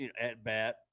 at-bat